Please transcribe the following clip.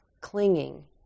clinging